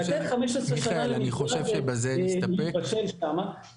לתת 15 שנה --- להתבשל שמה,